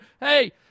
Hey